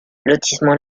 lotissement